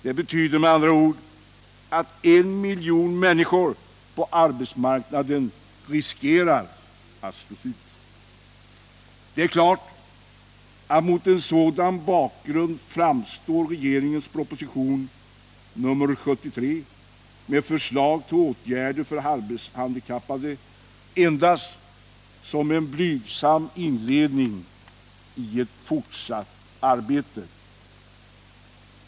Det betyder att en miljon människor på arbetsmarknaden riskerar att slås ut.” Det är klart att regeringens proposition nr 73 med förslag till åtgärder för arbetshandikappade mot en sådan bakgrund endast framstår som en blygsam inledning i ett fortsatt arbete.